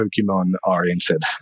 Pokemon-oriented